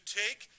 take